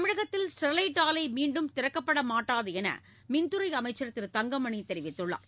தமிழகத்தில் ஸ்டெர்லைட் ஆலை மீன்டும் திறக்கப்படமாட்டாது என மின்துறை அமைச்சர் திரு தங்கமணி தெரிவித்துள்ளார்